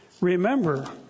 Remember